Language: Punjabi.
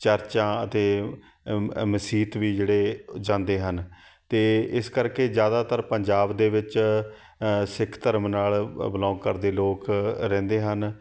ਚਰਚਾਂ ਅਤੇ ਮ ਮਸੀਤ ਵੀ ਜਿਹੜੇ ਜਾਂਦੇ ਹਨ ਅਤੇ ਇਸ ਕਰਕੇ ਜ਼ਿਆਦਾਤਰ ਪੰਜਾਬ ਦੇ ਵਿੱਚ ਸਿੱਖ ਧਰਮ ਨਾਲ ਬਿਲੋਂਗ ਕਰਦੇ ਲੋਕ ਰਹਿੰਦੇ ਹਨ